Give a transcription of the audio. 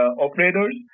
operators